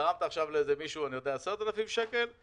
תרמת למישהו 10,000 שקל,